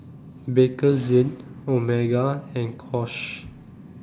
Bakerzin Omega and